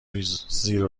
زیر